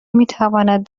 میتواند